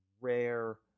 Rare